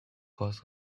course